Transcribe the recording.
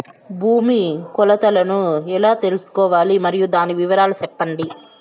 భూమి కొలతలను ఎలా తెల్సుకోవాలి? మరియు దాని వివరాలు సెప్పండి?